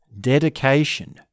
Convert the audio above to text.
dedication